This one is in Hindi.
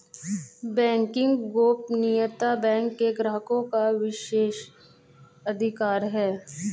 बैंकिंग गोपनीयता बैंक के ग्राहकों का विशेषाधिकार है